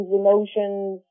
emotions